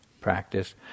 practice